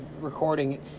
recording